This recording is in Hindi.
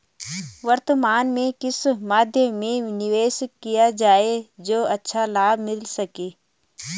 वर्तमान में किस मध्य में निवेश किया जाए जो अच्छा लाभ मिल सके?